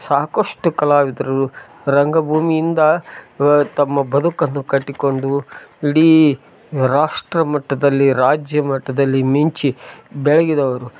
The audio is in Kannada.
ಸಾಕಷ್ಟು ಕಲಾವಿದರರು ರಂಗಭೂಮಿ ಇಂದ ತಮ್ಮ ಬದುಕನ್ನು ಕಟ್ಟಿಕೊಂಡು ಇಡಿ ರಾಷ್ಟ್ರಮಟ್ಟದಲ್ಲಿ ರಾಜ್ಯಮಟ್ಟದಲ್ಲಿ ಮಿಂಚಿ ಬೆಳಗಿದವರು